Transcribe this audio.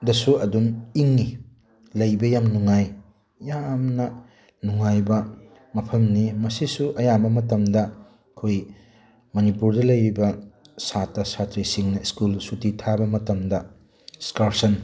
ꯗꯁꯨ ꯑꯗꯨꯝ ꯏꯪꯉꯤ ꯂꯩꯕ ꯌꯥꯝ ꯅꯨꯡꯉꯥꯏ ꯌꯥꯝꯅ ꯅꯨꯡꯉꯥꯏꯕ ꯃꯐꯝꯅꯤ ꯃꯁꯤꯁꯨ ꯑꯌꯥꯝꯕ ꯃꯇꯝꯗ ꯑꯩꯈꯣꯏ ꯃꯅꯤꯄꯨꯔꯗ ꯂꯩꯔꯤꯕ ꯁꯥꯇ꯭ꯔꯥ ꯁꯥꯇ꯭ꯔꯤꯁꯤꯡꯅ ꯁ꯭ꯀꯨꯜ ꯁꯨꯇꯤ ꯊꯥꯕ ꯃꯇꯝꯗ ꯏꯁꯀꯥꯔꯁꯟ